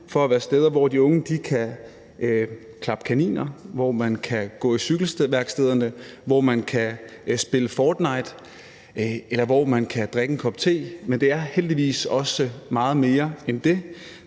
for at være steder, hvor de unge kan klappe kaniner, hvor man kan gå i cykelværkstederne, hvor man kan spille Fortnite, eller hvor man kan drikke en kop te. Men det er heldigvis også meget mere end det,